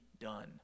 done